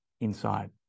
inside